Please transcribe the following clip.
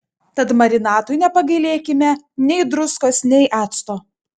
tad marinatui nepagailėkime nei druskos nei acto